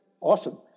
awesome